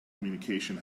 communication